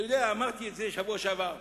אתה יודע, אמרתי בשבוע שעבר,